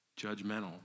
judgmental